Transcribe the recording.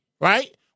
right